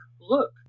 look